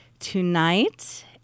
Tonight